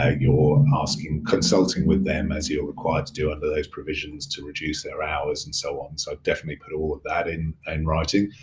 ah you're asking, consulting with them as you're required to do under those provisions to reduce their hours and so on. so definitely put all of that in and writing.